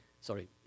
Sorry